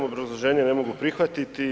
Obrazloženje ne mogu prihvatiti.